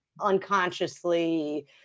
unconsciously